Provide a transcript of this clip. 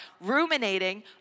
ruminating